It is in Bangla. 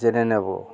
জেনে নেবো